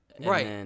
Right